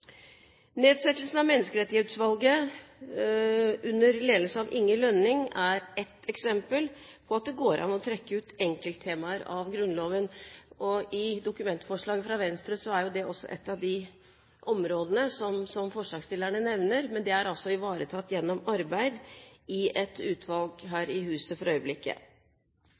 Nedsettelsen av Menneskerettighetsutvalget under ledelse av Inge Lønning er et eksempel på at det går an å trekke ut enkelttemaer av Grunnloven, og i dokumentforslaget fra Venstre er det også et av de områdene som forslagsstillerne nevner, men det er altså ivaretatt gjennom arbeid i et utvalg her i huset for øyeblikket.